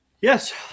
Yes